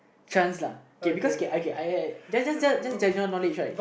chance lah okay because okay I I just just judging knowledge right